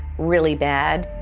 really bad,